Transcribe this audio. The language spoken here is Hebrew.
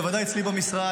בוודאי אצלי במשרד,